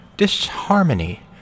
disharmony